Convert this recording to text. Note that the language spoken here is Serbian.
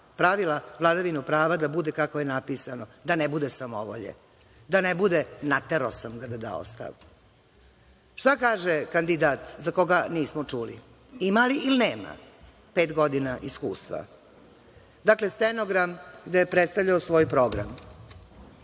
pravila, vladavinu prava da bude kako je napisano, da ne bude samovolja, da ne bude – naterao sam ga da da ostavku. Šta kaže kandidat, za koga nismo čuli, ima li ili nema pet godina iskustva. Dakle, stenogram gde je predstavljao svoj program.